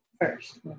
First